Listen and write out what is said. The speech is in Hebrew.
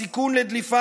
הסיכון לדליפה,